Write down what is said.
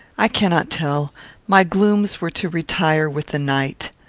i cannot tell my glooms were to retire with the night.